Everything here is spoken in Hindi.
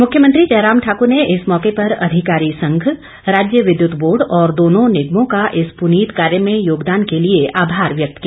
मुख्यमंत्री जयराम ठाकुर ने इस मौके पर अधिकारी संघ राज्य विद्युत बोर्ड और दोनों निगमों का इस पुनित कार्य में योगदान के लिए आभार व्यक्त किया